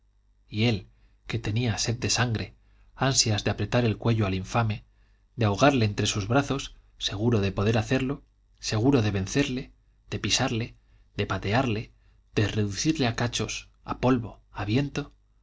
y él que tenía sed de sangre ansias de apretar el cuello al infame de ahogarle entre sus brazos seguro de poder hacerlo seguro de vencerle de pisarle de patearle de reducirle a cachos a polvo a viento